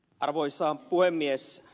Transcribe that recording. arvoisa puhemies